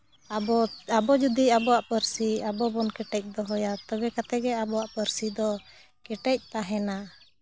ᱟᱵᱚ ᱟᱵᱚ ᱡᱩᱫᱤ ᱟᱵᱚᱣᱟᱜ ᱯᱟᱹᱨᱥᱤ ᱟᱵᱚ ᱵᱚᱱ ᱠᱮᱴᱮᱡ ᱫᱚᱦᱚᱭᱟ ᱛᱚᱵᱮ ᱠᱟᱛᱮᱫ ᱜᱮ ᱟᱵᱚᱣᱟᱜ ᱯᱟᱹᱨᱥᱤ ᱫᱚ ᱠᱮᱴᱮᱡ ᱛᱟᱦᱮᱱᱟ